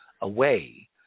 away